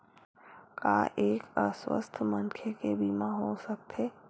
का एक अस्वस्थ मनखे के बीमा हो सकथे?